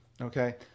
Okay